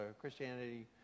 Christianity